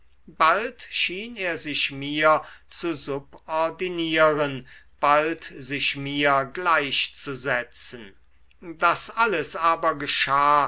bald schien er sich mir zu subordinieren bald sich mir gleichzusetzen das alles aber geschah